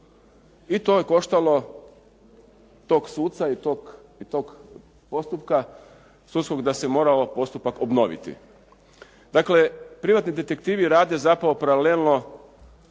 i to je koštalo tog suca i tog postupka sudskog da se morao postupak obnoviti. Dakle, privatni detektivi rade zapravo paralelno